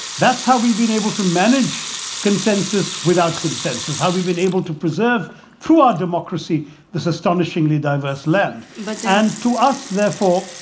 that's how we've been able to manage consensus without consensus. how we've been able to preserve through our democracy this astonishingly diverse land. land. like and to us, therefore,